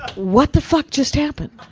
what the fuck just happened?